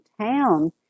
town